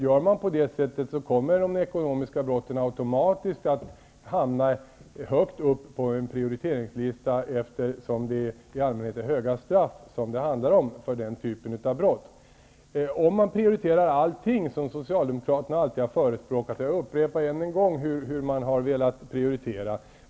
Gör man på det sättet, så kommer de ekonomiska brotten automatiskt att hamna högt upp på en prioriteringslista, eftersom det i allmänhet handlar om höga straff för den typen av brott. Socialdemokraterna har alltid förespråkat att man skall prioritera allting. Jag upprepar än en gång hur man har velat prioritera.